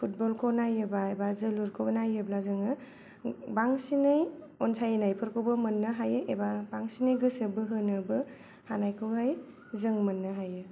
football खौ नायोबा एबा जोलुरखौ नायोब्ला जोङो बांसिनै अनसायनाय फोरखौबो मोन्नो हायो एबा बांसिनै गोसो बोहोनोबो हानायखौहाय जों मोन्नो हायो